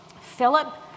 Philip